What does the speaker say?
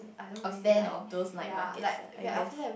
a fan of those night markets ah I guess